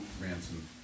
ransom